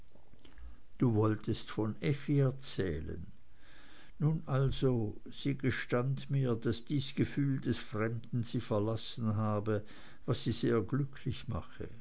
du wolltest von effi erzählen nun also sie gestand mir daß dies gefühl des fremden sie verlassen habe was sie sehr glücklich mache